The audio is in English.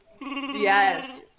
yes